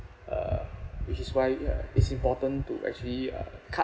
uh which is why ya it's important to actually uh cut